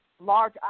large